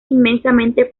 inmensamente